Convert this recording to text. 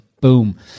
Boom